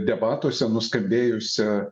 debatuose nuskambėjusią